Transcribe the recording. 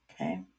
okay